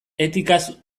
etikaz